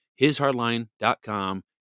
hishardline.com